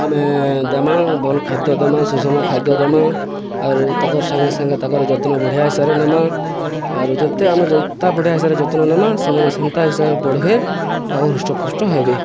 ଆମେ ଦେମା ଭଲ୍ ଖାଦ୍ୟ ଦେମା ସୁଷମ ଖାଦ୍ୟ ଦେମା ଆରୁ ତାଙ୍କର ସାଙ୍ଗେ ସାଙ୍ଗେ ତାଙ୍କର ଯତ୍ନ ବଢ଼ିଆ ହିସାବାରେ ନେମା ଆରୁ ଯେ ଆମେ ଯେନ୍ତା ବଢ଼ିଆ ହିସାରେ ଯତ୍ନ ନେମା ସେମାନେ ସେନ୍ତା ହିସାବରେ ବଢ଼ିବେ ଆଉ ହୃଷ୍ଟପୃଷ୍ଟ ହେବେ